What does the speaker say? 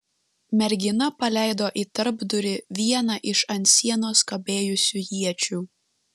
mergina paleido į tarpdurį vieną iš ant sienos kabėjusių iečių